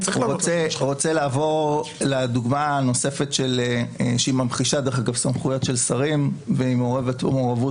אני רוצה לעבור לדוגמה הנוספת שממחישה סמכויות של שרים ומעורבות